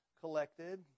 collected